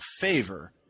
favor